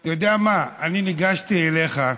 אתה יודע מה, ניגשתי אליך,